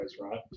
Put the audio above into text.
right